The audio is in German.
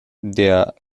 der